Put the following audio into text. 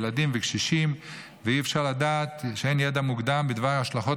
ילדים וקשישים שאין ידע מוקדם בדבר השלכות